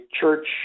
church